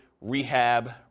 rehab